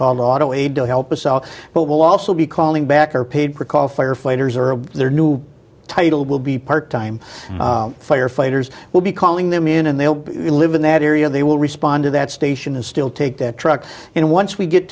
auto aid to help us out but we'll also be calling back or paid for call firefighters or their new title will be part time firefighters will be calling them in and they'll live in that area they will respond to that station and still take the truck and once we get